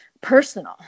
personal